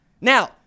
Now